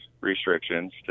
restrictions